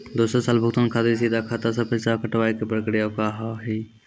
दोसर साल भुगतान खातिर सीधा खाता से पैसा कटवाए के प्रक्रिया का हाव हई?